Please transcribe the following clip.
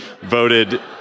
voted